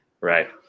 right